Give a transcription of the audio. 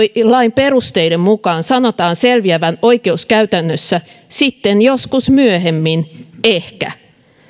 lain perusteiden mukaan sanotaan selviävän oikeuskäytännössä sitten joskus myöhemmin ehkä